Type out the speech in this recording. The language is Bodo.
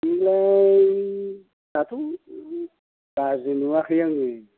देग्लाय दाथ' गाज्रि नुवाखै आङो